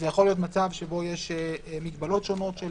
יכול להיות מצב שיש מגבלות שונות של